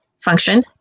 function